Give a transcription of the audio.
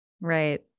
Right